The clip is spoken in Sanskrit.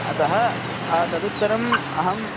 अतः व् तदुत्तरम् अहं